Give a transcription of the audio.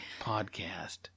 podcast